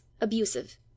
abusive